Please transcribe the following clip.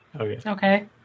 Okay